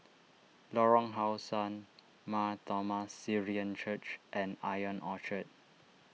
Lorong How Sun Mar Thoma Syrian Church and I on Orchard